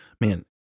man